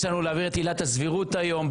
יש לנו להעביר את עילת הסבירות היום.